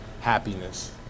happiness